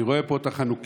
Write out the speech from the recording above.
אני רואה פה את החנוכייה